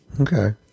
Okay